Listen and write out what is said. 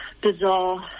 bizarre